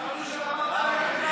תתבייש לך.